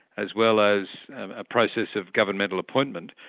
as well as a process of governmental appointment,